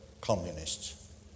communists